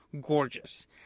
gorgeous